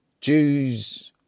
Jews